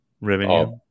Revenue